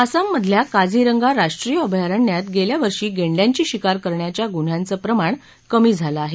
आसाममधल्या काझीरंगा राष्ट्रीय अभयारण्यात गेल्या वर्षी गेंड्यांची शिकार करण्याच्या गुन्धांचं प्रमाण कमी झालं आहे